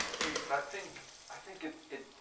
is that i think i think it it